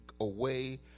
away